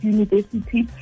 University